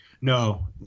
no